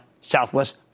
Southwest